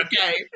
okay